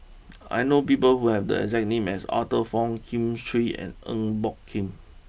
I know people who have the exact name as Arthur Fong Kin Chui and Eng Boh Kee